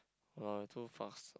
ah too fast